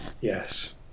Yes